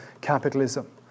capitalism